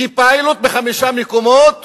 כפיילוט בחמישה מקומות